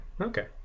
Okay